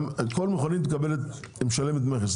כל מכונית משלמת מכס,